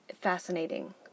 fascinating